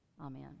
Amen